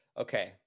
okay